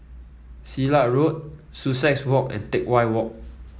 Silat Road Sussex Garden and Teck Whye Walk